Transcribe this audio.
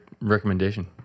recommendation